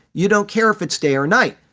you don't care if it's day or night.